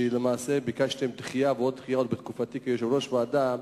שלמעשה ביקשתם דחייה ועוד דחיות בתקופתי כיושב-ראש ועדה,